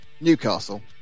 Newcastle